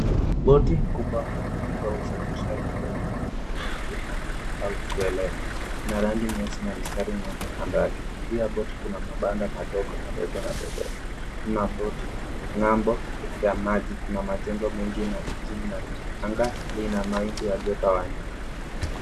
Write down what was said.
Boti kubwa ya mzigo ya usafirishaji ulioko majini ukiwa umetia nanga au kuelea na rangi nyeusi na mstari nyeupe kando yake, pia boti kuna mabanda madogo madogo na bendera na boti ng'ambo ya maji kuna majengo mengi na mjini na miti anga lina mawingu yaliyotawanyika.